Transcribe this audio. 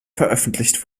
veröffentlicht